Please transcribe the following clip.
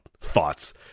thoughts